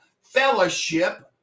fellowship